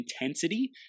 intensity